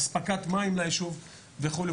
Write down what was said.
אספקת מים לישוב וכולי,